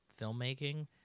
filmmaking